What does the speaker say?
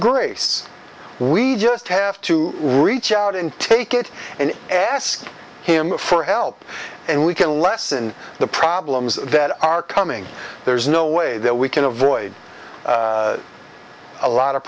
grace we just have to reach out and take it and ask him for help and we can lessen the problems that are coming there's no way that we can avoid a lot of